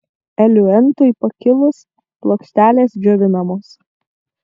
eliuentui pakilus plokštelės džiovinamos